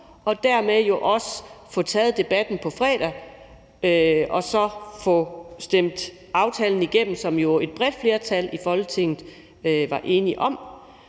og dermed også få taget debatten på fredag og så få stemt aftalen igennem, som et bredt flertal i Folketinget jo var enige om.